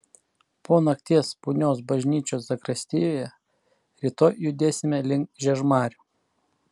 po nakties punios bažnyčios zakristijoje rytoj judėsime link žiežmarių